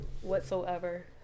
Whatsoever